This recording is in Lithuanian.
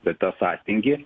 bet tą sąstingį